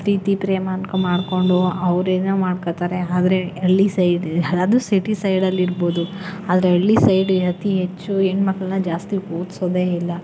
ಪ್ರೀತಿ ಪ್ರೇಮ ಅನ್ಕಾ ಮಾಡಿಕೊಂಡು ಅವ್ರೇನ ಮಾಡ್ಕೊಡ್ತಾರೆ ಆದರೆ ಹಳ್ಳಿ ಸೈಡ್ ಅದು ಸಿಟಿ ಸೈಡಲ್ಲಿರ್ಬೋದು ಆದರೆ ಹಳ್ಳಿ ಸೈಡ್ ಅತಿ ಹೆಚ್ಚು ಹೆಣ್ಮಕ್ಕಳನ್ನ ಜಾಸ್ತಿ ಓದಿಸೋದೆ ಇಲ್ಲ